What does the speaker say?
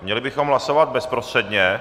Měli bychom hlasovat bezprostředně.